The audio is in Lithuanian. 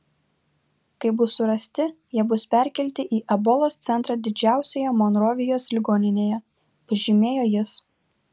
kai bus surasti jie bus perkelti į ebolos centrą didžiausioje monrovijos ligoninėje pažymėjo jis